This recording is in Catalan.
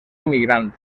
immigrant